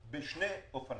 את זה בשני אופנים: